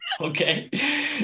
Okay